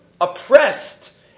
oppressed